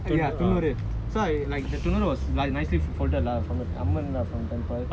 so துணுறு:tunuru so I like the துணுறு:tunuru was nicely folded lah I mean from the temple